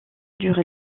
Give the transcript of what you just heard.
durer